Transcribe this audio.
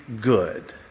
good